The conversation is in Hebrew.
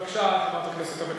בבקשה, חברת הכנסת אבקסיס.